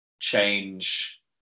change